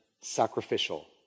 sacrificial